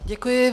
Děkuji.